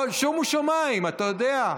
שומו שמיים, אתה יודע.